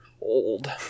old